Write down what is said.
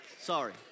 Sorry